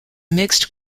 mixed